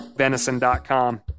venison.com